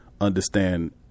understand